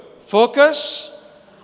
Focus